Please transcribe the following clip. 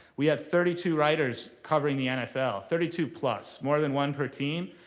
we have thirty two writers covering the nfl, thirty two plus, more than one per team.